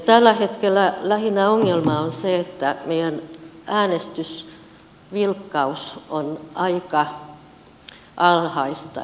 tällä hetkellä ongelma on lähinnä se että meidän äänestysvilkkautemme on aika alhaista